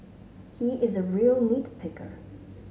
he is a real nit picker